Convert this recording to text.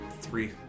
three